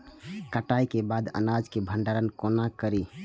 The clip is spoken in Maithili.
कटाई के बाद अनाज के भंडारण कोना करी?